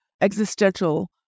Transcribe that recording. existential